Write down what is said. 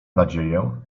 nadzieję